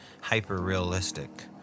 hyper-realistic